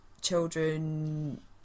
children